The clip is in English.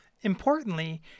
Importantly